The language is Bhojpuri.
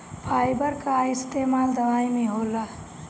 फाइबर कअ इस्तेमाल दवाई में होला